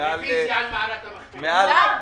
יישר כוח גדול,